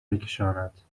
بکشاند